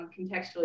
contextually